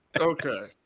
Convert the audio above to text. Okay